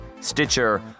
Stitcher